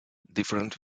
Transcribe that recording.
different